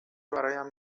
برایم